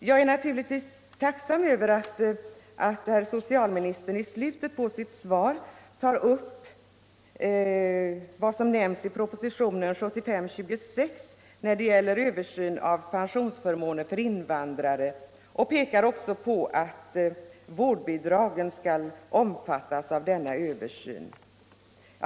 Jag är naturligtvis tacksam över att herr socialministern i slutet av sitt svar tar upp vad som nämns i propositionen 1975:26 om en översyn av pensionsförmåner för invandrare och pekar på att vårdbidraget skall omfattas av denna översyn.